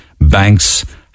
banks